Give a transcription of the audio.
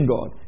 God